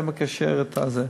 זה מקשר את זה.